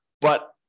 but-